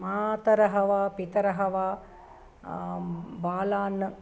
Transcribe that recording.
मातरः वा पितरः वा बालान्